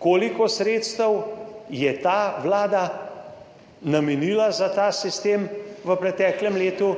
12.10 (nadaljevanje) namenila za ta sistem v preteklem letu?